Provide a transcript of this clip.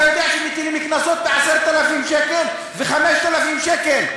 אתה יודע שמטילים קנסות ב-10,000 שקל ו-5,000 שקל?